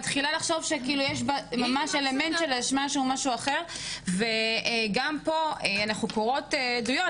היא מתחילה לחשוב שיש ממש אלמנט של אשמה וגם פה אנחנו קוראות עדויות